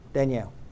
Danielle